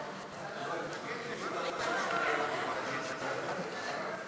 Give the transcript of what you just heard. חוק תובענות ייצוגיות (תיקון מס' 10),